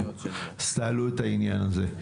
- תעלו את העניין הזה.